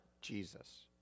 Jesus